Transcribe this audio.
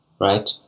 Right